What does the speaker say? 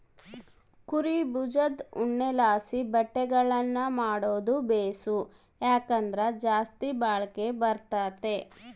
ಕುರೀ ಬುಜದ್ ಉಣ್ಣೆಲಾಸಿ ಬಟ್ಟೆಗುಳ್ನ ಮಾಡಾದು ಬೇಸು, ಯಾಕಂದ್ರ ಜಾಸ್ತಿ ಬಾಳಿಕೆ ಬರ್ತತೆ